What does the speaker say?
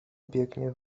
biegnie